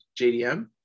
JDM